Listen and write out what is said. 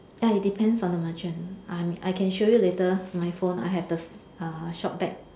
ya it depends on the merchant I'm I can show you later my phone I have the err shop back